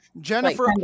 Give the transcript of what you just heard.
Jennifer